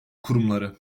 kurumları